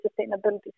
sustainability